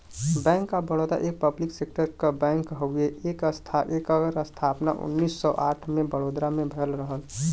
bank of Baroda एक public sector क bank हउवे एकर स्थापना उन्नीस सौ आठ में बड़ोदरा में भयल रहल